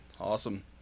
Awesome